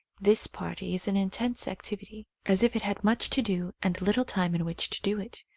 this party is in intense activity, as if it had much to do and little time in which to do it.